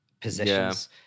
positions